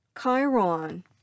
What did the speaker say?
Chiron